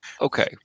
Okay